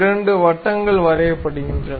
இரண்டு வட்டங்கள் செய்யப்படுகின்றன